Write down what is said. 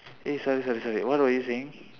eh sorry sorry sorry what were you saying